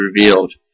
revealed